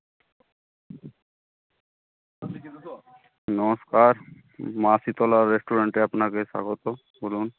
নমস্কার মা শীতলা রেস্টুরেন্টে আপনাকে স্বাগত বলুন